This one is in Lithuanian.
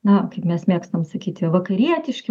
na kaip mes mėgstam sakyti vakarietiški